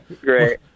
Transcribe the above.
great